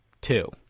Two